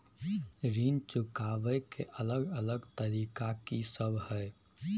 ऋण चुकाबय के अलग अलग तरीका की सब हय?